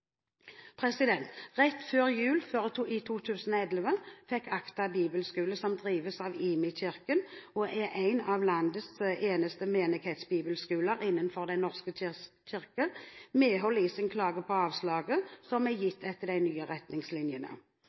drives av IMI Kirken og er den eneste av landets menighetsbibelskoler innenfor Den norske kirke, medhold i sin klage på avslaget som var gitt etter de nye retningslinjene.